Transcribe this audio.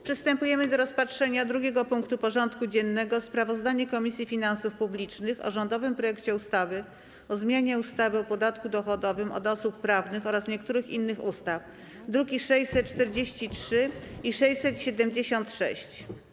Przystępujemy do rozpatrzenia punktu 2. porządku dziennego: Sprawozdanie Komisji Finansów Publicznych o rządowym projekcie ustawy o zmianie ustawy o podatku dochodowym od osób prawnych oraz niektórych innych ustaw (druki nr 643 i 676)